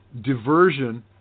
diversion